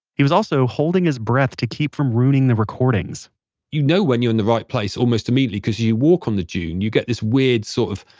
he was also holding his breath to keep from ruining the recordings you know when you're in the right place almost immediately cause you walk on the dune, you get this weird sort of,